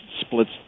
splits